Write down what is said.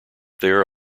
there